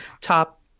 top